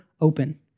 open